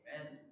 Amen